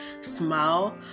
smile